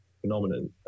phenomenon